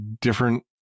different